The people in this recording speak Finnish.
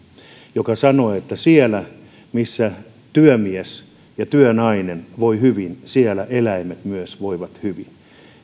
joka sanoi että siellä missä työmies ja työnainen voivat hyvin siellä myös eläimet voivat hyvin